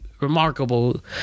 remarkable